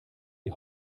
die